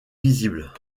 visibles